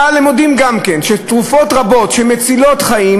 אבל הם מודים גם כן שתרופות רבות שמצילות חיים